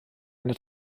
eine